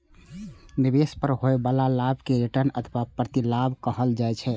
निवेश पर होइ बला लाभ कें रिटर्न अथवा प्रतिलाभ कहल जाइ छै